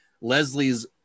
Leslie's